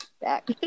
Back